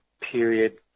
period